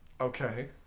Okay